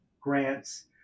grants